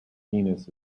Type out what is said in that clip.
venus